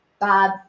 Bob